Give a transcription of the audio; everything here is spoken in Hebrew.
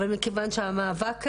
אבל מכיוון שהמאבק,